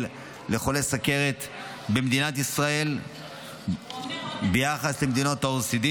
לחולי סוכרת במדינת ישראל ביחס למדינות ה-OECD